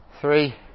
Three